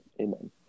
amen